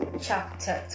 chapter